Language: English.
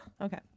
Okay